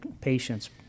patients